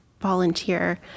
volunteer